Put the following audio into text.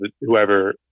whoever